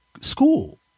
school